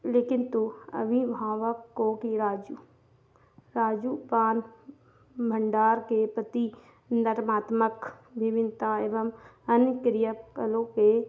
लेकिन तू अभिभावक को भी राजू राजू पान भण्डार के प्रति नरमात्मक विभिन्नता एवं अन्य क्रिया कलापों के